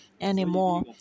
anymore